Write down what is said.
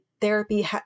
therapy